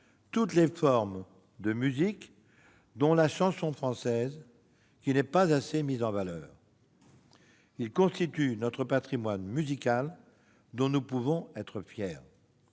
toutes les formes de musique, dont la chanson française, qui n'est pas assez mise en valeur. Elles constituent un patrimoine musical dont nous pouvons être fiers